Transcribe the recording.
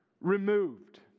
removed